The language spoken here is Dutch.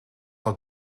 het